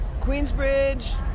Queensbridge